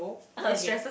oh okay